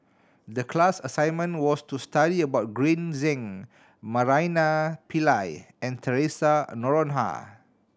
the class assignment was to study about Green Zeng Naraina Pillai and Theresa Noronha